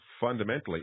fundamentally